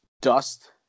dust